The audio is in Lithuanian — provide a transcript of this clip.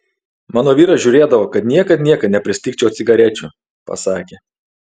mano vyras žiūrėdavo kad niekad niekad nepristigčiau cigarečių pasakė